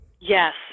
Yes